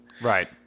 Right